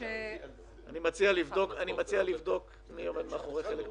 אני מציע לבדוק מי עומד מאחורי חלק מהיבואנים.